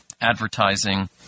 advertising